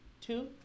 Two